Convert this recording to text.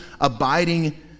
abiding